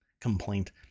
complaint